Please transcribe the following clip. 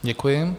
Děkuji.